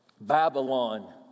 Babylon